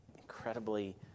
incredibly